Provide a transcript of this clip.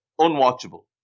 Unwatchable